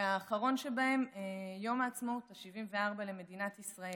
והאחרון שבהם, יום העצמאות ה-74 למדינת ישראל.